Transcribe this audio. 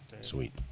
Sweet